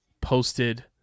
posted